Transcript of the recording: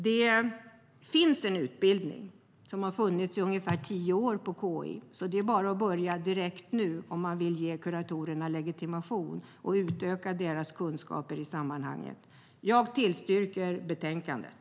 Sedan ungefär tio år finns det en utbildning på KI, så det är bara att börja direkt om vi vill ge kuratorerna legitimation och utöka deras kunskaper. Jag yrkar bifall till förslaget i betänkandet.